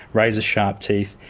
razor-sharp teeth,